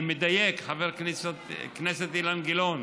אני מדייק, חבר הכנסת אילן גילאון?